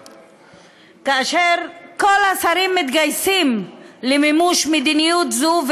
השרים, מתגייסים למימוש מדיניות זו.